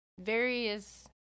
various